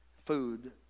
food